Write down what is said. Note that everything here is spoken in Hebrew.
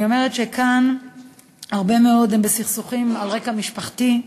אני אומרת שכאן הרבה מאוד הם סכסוכים על רקע משפחתי,